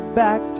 back